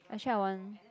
actually I want